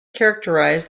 characterized